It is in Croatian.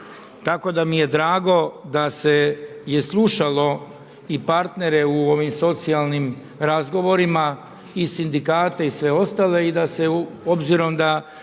tako da mi je drago da se je slušalo i partnere u ovim socijalnim razgovorima i sindikate i sve ostale i da se obzirom da